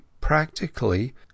practically